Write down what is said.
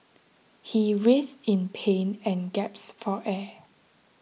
he writhed in pain and gaps for air